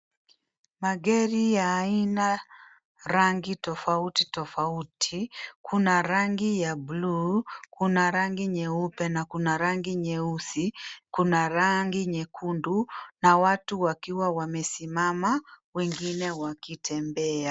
Magari ya aina rangi tofauti tofauti. Kuna rangi ya buluu, kuna rangi nyeupe na kuna nyeusi, kuna rangi nyekundu na watu wakiwa wamesimama wengine wakitembea.